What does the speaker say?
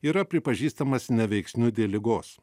yra pripažįstamas neveiksniu dėl ligos